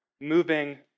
moving